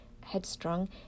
headstrong